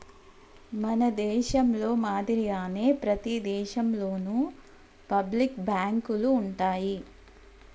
మన దేశంలో మాదిరిగానే ప్రతి దేశంలోను పబ్లిక్ బాంకులు ఉంటాయి